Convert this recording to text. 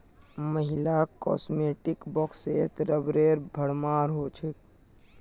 महिलार कॉस्मेटिक्स बॉक्सत रबरेर भरमार हो छेक